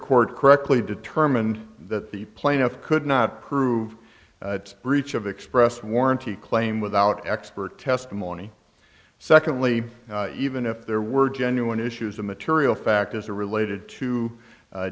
court correctly determined that the plaintiff could not prove breach of expressed warranty claim without expert testimony secondly even if there were genuine issues of material fact as a related to